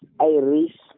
Irish